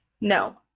No